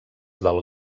del